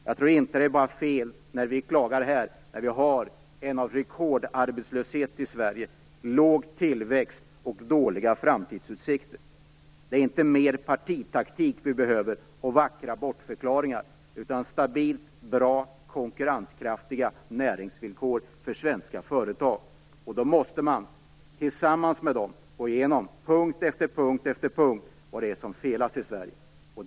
Jag tror inte att vi har fel när vi klagar här i riksdagen över den rekordarbetslöshet vi har i Sverige, den låga tillväxten och de dåliga framtidsutsikterna. Det är inte mer partitaktik och vackra bortförklaringar vi behöver, utan stabila, goda och konkurrenskraftiga näringsvillkor för svenska företag. Man måste tillsammans med företagen gå igenom vad det är som felas i Sverige - punkt efter punkt.